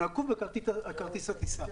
כנקוב בכרטיס הטיסה.